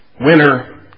winner